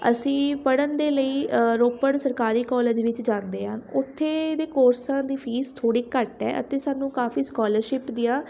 ਅਸੀਂ ਪੜ੍ਹਨ ਦੇ ਲਈ ਰੋਪੜ ਸਰਕਾਰੀ ਕੋਲੇਜ ਵਿੱਚ ਜਾਂਦੇ ਹਾਂ ਉੱਥੇ ਦੇ ਕੋਰਸਾਂ ਦੀ ਫ਼ੀਸ ਥੋੜ੍ਹੀ ਘੱਟ ਹੈ ਅਤੇ ਸਾਨੂੰ ਕਾਫ਼ੀ ਸਕੋਲਰਸ਼ਿਪ ਦੀਆਂ